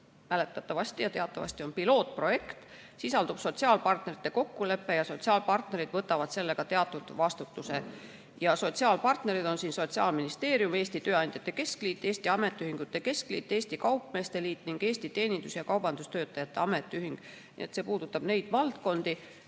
mäletatavasti ja teatavasti käsitleb pilootprojekti, sisaldub sotsiaalpartnerite kokkulepe ja sotsiaalpartnerid võtavad sellega teatud vastutuse. Sotsiaalpartnerid on siin Sotsiaalministeerium, Eesti Tööandjate Keskliit, Eesti Ametiühingute Keskliit, Eesti Kaupmeeste Liit ning Eesti Teenindus- ja Kaubandustöötajate Ametiühing. Nii et see puudutab neid valdkondi.